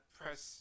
press